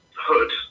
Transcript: hood